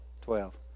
Twelve